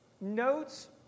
notes